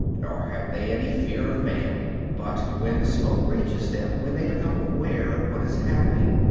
nor have they any fear of man but, when the smoke reaches them, when they become aware of what is happening,